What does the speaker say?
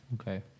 Okay